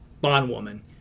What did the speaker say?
Bondwoman